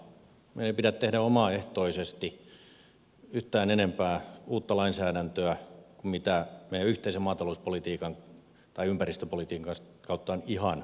meidän ei pidä tehdä omaehtoisesti yhtään enempää uutta lainsäädäntöä kuin mitä meidän yhteisen maatalouspolitiikan tai ympäristöpolitiikan kautta on ihan pakko